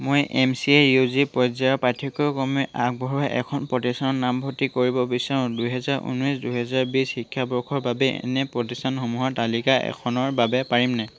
মই M C A U G পৰ্যায়ৰ পাঠ্যক্ৰম আগবঢ়োৱা এখন প্ৰতিষ্ঠানত নামভৰ্তি কৰিব বিচাৰোঁ দুহেজাৰ ঊনৈছ দুহেজাৰ বিছ শিক্ষাবৰ্ষৰ বাবে এনে প্ৰতিষ্ঠানসমূহৰ তালিকা এখনৰ বাবে পাৰিমনে